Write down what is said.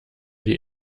die